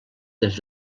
des